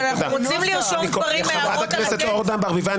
אבל אנחנו רוצים --- חברת הכנסת אורנה ברביבאי,